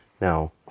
Now